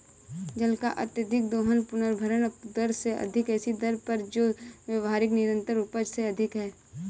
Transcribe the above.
जल का अत्यधिक दोहन पुनर्भरण दर से अधिक ऐसी दर पर जो व्यावहारिक निरंतर उपज से अधिक है